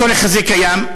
הצורך הזה קיים.